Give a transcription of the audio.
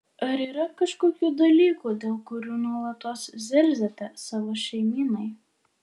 ar yra kažkokių dalykų dėl kurių nuolatos zirziate savo šeimynai